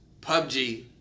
PUBG